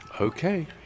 Okay